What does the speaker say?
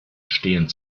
stehen